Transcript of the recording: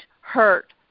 hurt